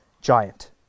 giant